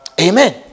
Amen